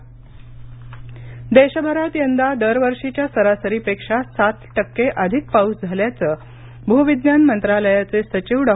पाऊस पूल प्राची देशभरात यंदा दरवर्षीच्या सरासरी पेक्षा सात टक्के अधिक पाऊस झाल्याचं भूविज्ञान मंत्रालयाचे सचिव डॉ